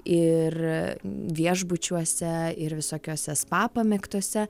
ir viešbučiuose ir visokiose spa pamėgtose